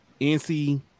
NC